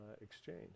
exchange